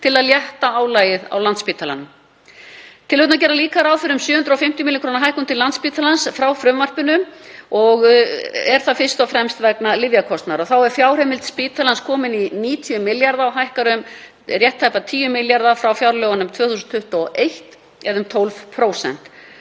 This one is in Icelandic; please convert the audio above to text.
til að létta álagið á Landspítalanum. Tillögurnar gera líka ráð fyrir um 750 milljóna kr. hækkun til Landspítalans frá frumvarpinu og er það fyrst og fremst vegna lyfjakostnaðar. Þá er fjárheimild spítalans komin í 90 milljarða og hækkar um rétt tæpa 10 milljarða frá fjárlögunum 2021 eða um 12%.